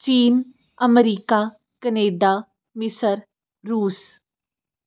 ਚੀਨ ਅਮਰੀਕਾ ਕਨੇਡਾ ਮਿਸਰ ਰੂਸ